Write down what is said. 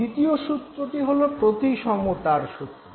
দ্বিতীয় সূত্রটি হল প্রতিসমতার সূত্র